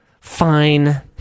Fine